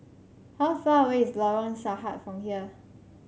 how far away is Lorong Sahad from here